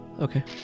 Okay